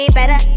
better